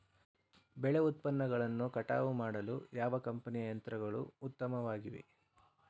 ಬೆಳೆ ಉತ್ಪನ್ನಗಳನ್ನು ಕಟಾವು ಮಾಡಲು ಯಾವ ಕಂಪನಿಯ ಯಂತ್ರಗಳು ಉತ್ತಮವಾಗಿವೆ?